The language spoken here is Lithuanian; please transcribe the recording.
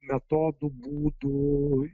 metodų būdų